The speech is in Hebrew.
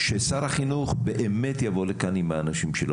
ששר החינוך באמת יבוא לכאן עם האנשים שלו,